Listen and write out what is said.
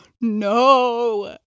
no